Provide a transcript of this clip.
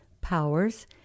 powers